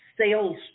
sales